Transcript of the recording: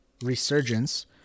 Resurgence